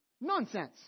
Nonsense